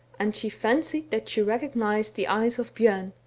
and she fancied that she recognized the eyes of bjorn,